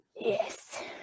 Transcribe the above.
Yes